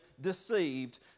deceived